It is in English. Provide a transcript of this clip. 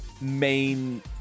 main